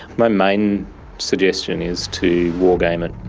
my main suggestion is to wargame it.